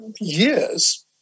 years